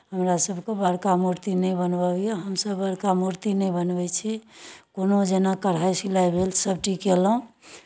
हमरासभके बड़का मूर्ति नहि बनबय अबैए हमसभ बड़का मूर्ति नहि बनबै छी कोनो जेना कढ़ाइ सिलाइ भेल सभटी कयलहुँ